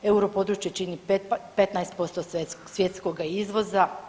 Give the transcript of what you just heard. Euro područje čini 15% svjetskoga izvoza.